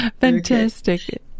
Fantastic